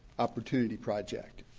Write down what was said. opportunity project.